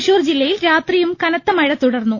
തൃശൂർ ജില്ലയിൽ രാത്രിയും കനത്തമഴ തുടർന്നു